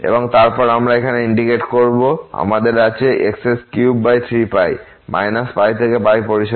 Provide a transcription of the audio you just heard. এবং তারপর আমরা এখানে ইন্টিগ্রেট করবো আমাদের আছে x33π π থেকে পরিসরে